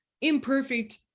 imperfect